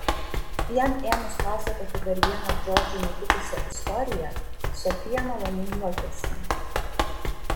jam ėmus pasakoti dar vieną džordžui nutikusią istoriją sofija maloniai juokėsi